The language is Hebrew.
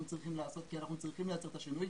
צריכים לעשות כי אנחנו צריכים לעשות את השינוי